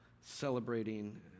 celebrating